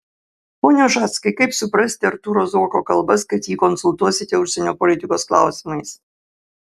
pone ušackai kaip suprasti artūro zuoko kalbas kad jį konsultuosite užsienio politikos klausimais